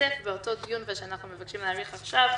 שהתווסף באותו דיון ושאנחנו מבקשים להאריך עכשיו,